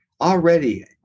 already